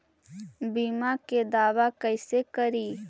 बीमा के दावा कैसे करी?